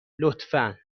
لطفا